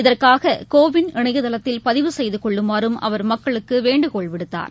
இதற்காககோ விள் இணையதளத்தில் பதிவு செய்தினொள்ளுமாறம் அவர் மக்களுக்குவேண்டுகோள் விடுத்தார்